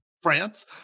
France